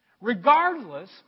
regardless